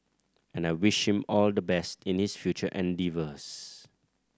and I wish him all the best in his future endeavours